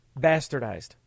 bastardized